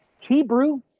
Hebrew